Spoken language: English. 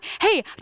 hey